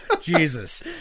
Jesus